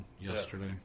yesterday